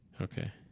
Okay